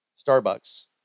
Starbucks